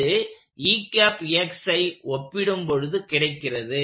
இதுஐ ஒப்பிடும் பொழுது கிடைக்கிறது